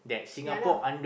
yeah lah